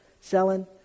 selling